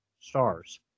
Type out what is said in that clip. stars